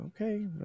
okay